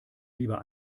lieber